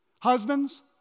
Husbands